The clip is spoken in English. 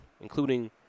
including